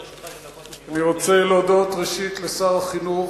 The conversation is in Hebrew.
לרשותך, אני רוצה להודות, ראשית, לשר החינוך,